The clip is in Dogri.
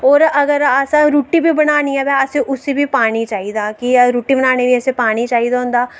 और अगर असें रुट्टी बी बनानी होऐ ते अस उसी बी पानी चाहिदा कि अगर रुट्टी बनानी ते पानी चाहिदा होंदा